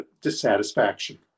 dissatisfaction